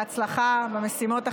בהצלחה במשימות החשובות.